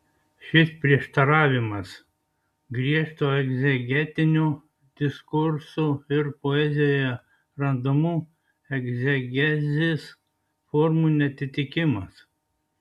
šis prieštaravimas griežto egzegetinio diskurso ir poezijoje randamų egzegezės formų neatitikimas